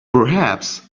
perhaps